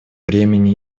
времени